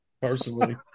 personally